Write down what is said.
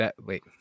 wait